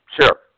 Sure